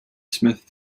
smith